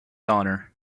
honor